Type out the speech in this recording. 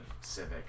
Civic